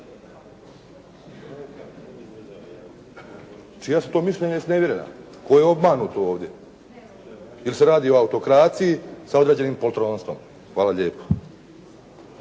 Čija su to mišljenja iznevjerena? Tko je obmanut ovdje? Ili se radi o autokraciji sa određenim poltronstvom. Hvala lijepo.